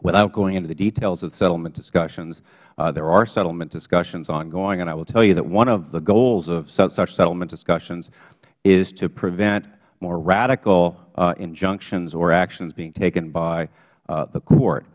without going into the details of settlement discussions there are settlement discussions ongoing and i will tell you that one of the goals of such settlement discussions is to prevent more radical injunctions or actions being taken by